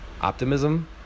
optimism